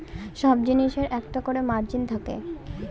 সব জিনিসের একটা করে মার্জিন থাকে